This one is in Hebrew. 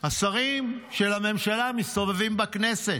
השרים של הממשלה מסתובבים בכנסת.